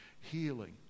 healing